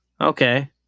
Okay